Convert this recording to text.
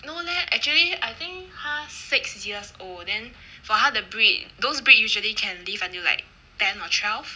no leh actually I think 她 six years old then for 她的 breed those breed usually can live until like ten or twelve